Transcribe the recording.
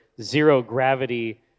zero-gravity